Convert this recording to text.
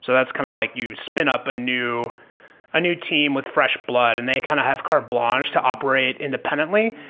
so that's kind of like, you spin up a new a new team with fresh blood and they kind of have carte blanche to operate independently.